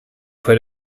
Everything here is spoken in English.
put